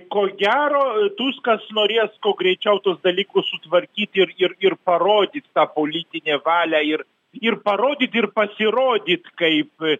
ko gero tuskas norės kuo greičiau tuos dalykus sutvarkyt ir ir ir parodyti tą politinę valią ir ir parodyt ir pasirodyt kaip